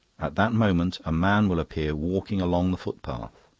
at that moment a man will appear walking along the footpath.